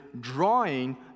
drawing